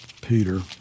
Peter